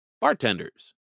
bartenders